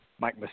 Mike